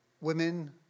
women